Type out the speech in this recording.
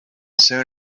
soon